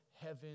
heaven